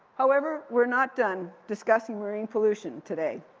however, we're not done discussing marine pollution today.